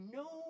no